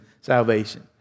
salvation